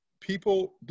people